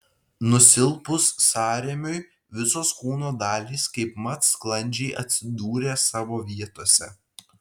nusilpus sąrėmiui visos kūno dalys kaipmat sklandžiai atsidūrė savo vietose